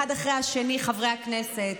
אחד אחרי השני חברי הכנסת,